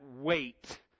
wait